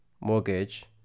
mortgage